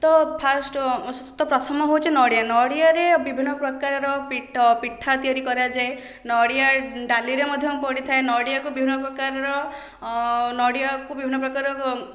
ତ ଫାଷ୍ଟ୍ ତ ପ୍ରଥମ ହେଉଛି ନଡ଼ିଆ ନଡ଼ିଆରେ ବିଭିନ୍ନପ୍ରକାର ପିଠା ତିଆରି କରାଯାଏ ନଡ଼ିଆ ଡାଲିରେ ମଧ୍ୟ ପଡ଼ିଥାଏ ନଡ଼ିଆକୁ ବିଭିନ୍ନପ୍ରକାରର ନଡ଼ିଆକୁ ବିଭିନ୍ନପ୍ରକାରର